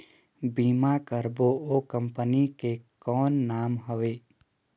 बीमा करबो ओ कंपनी के कौन नाम हवे?